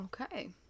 Okay